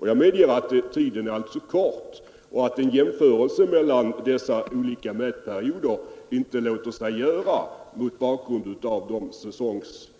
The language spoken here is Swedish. Jag medger också att undersökningstiden är alltför kort och att en jämförelse mellan dessa olika mätperioder inte låter sig göra, med tanke på de säsongsmässiga